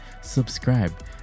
subscribe